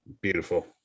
Beautiful